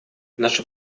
наша